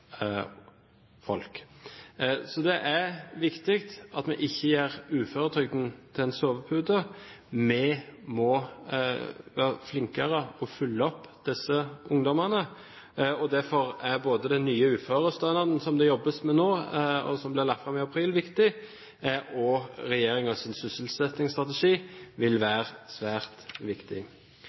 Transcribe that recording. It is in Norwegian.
sovepute. Vi må være flinkere til å følge opp disse ungdommene. Derfor er både den nye uførestønaden som det jobbes med nå, og som blir lagt fram i april, viktig, og regjeringens sysselsettingsstrategi vil også være svært viktig.